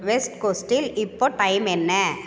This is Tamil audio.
வெஸ்ட் கோஸ்ட்டில் இப்போது டைம் என்ன